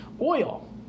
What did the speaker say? oil